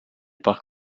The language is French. parc